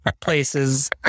places